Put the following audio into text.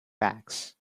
backs